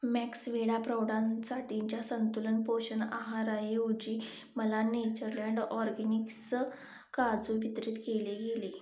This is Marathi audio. मॅक्सवेडा प्रौढांसाठीच्या संतुलन पोषण आहाराऐवजी मला नेचरलँड ऑरगॅनिक्स काजू वितरित केले गेले